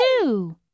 two